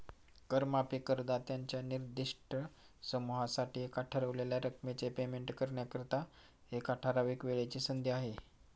कर माफी करदात्यांच्या निर्दिष्ट समूहासाठी एका ठरवलेल्या रकमेचे पेमेंट करण्याकरिता, एका ठराविक वेळेची संधी आहे